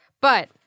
But-